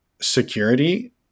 security